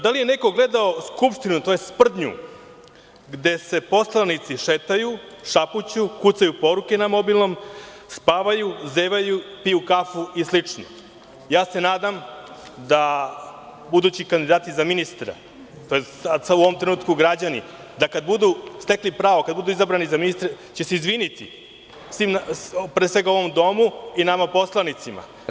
Da li je neko gledao Skupštinu, tj. sprdnju, gde se poslanici šetaju, šapuću, kucaju poruke na mobilnom, spavaju, zevaju, piju kafu i slično?“ Nadam se da budući kandidati za ministra, tj. u ovom trenutku građani, kada budu stekli pravo, kada budu izabrani za ministre, će se izviniti pre svega ovom domu i nama, poslanicima.